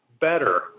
better